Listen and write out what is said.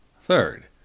Third